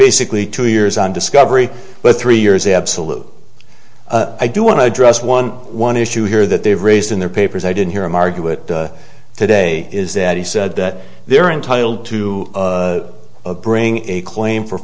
basically two years on discovery but three years absolute i do want to address one one issue here that they've raised in their papers i didn't hear him argue it today is that he said that they're entitled to bring a claim for